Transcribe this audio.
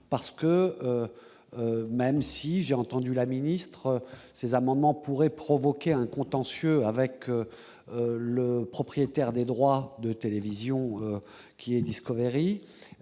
parce que même si j'ai entendu la ministre ces amendements pourraient provoquer un contentieux avec le propriétaire des droits de télévision qui est Discovery